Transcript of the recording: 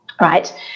right